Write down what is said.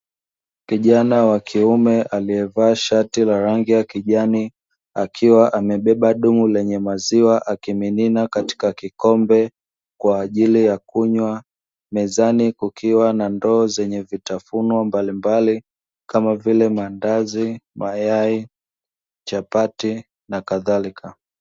Kijana wa kiume aliyevaa shati la rangi ya kijani, akiwa amebeba dumu lenye maziwa akimimina katika kikombe kwa ajili ya kunywa. Mezani kukiwa na ndoo zenye vitafunwa mbalimbali kama vile: maandazi, mayai, chapati, na kadhalika.